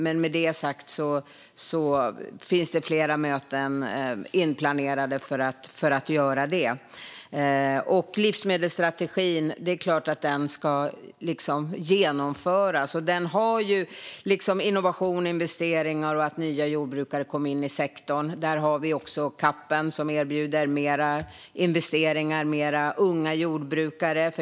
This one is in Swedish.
Men med det sagt: Det finns flera möten inplanerade för att göra detta. Det är klart att livsmedelsstrategin ska genomföras. Den innebär innovation och investeringar och att nya jordbrukare kommer in i sektorn. Vi har också CAP, som erbjuder mer investeringar och fler unga jordbrukare.